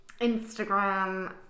Instagram